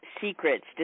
secrets